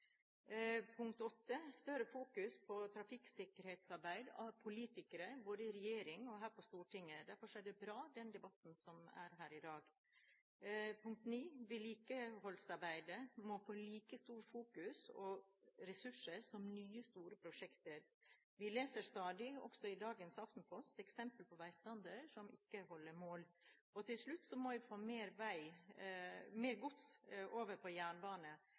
på trafikksikkerhetsarbeid – både politikere i regjering og her på Stortinget. Derfor er den bra, den debatten som er her i dag. 9. Vedlikeholdsarbeidet må få like stor oppmerksomhet og like mye ressurser som nye store prosjekter. Vi leser stadig, også i dagens Aftenposten, om eksempler på veistandard som ikke holder mål. 10. Vi må få mer gods over på jernbane